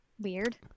Weird